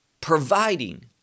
providing